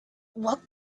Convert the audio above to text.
what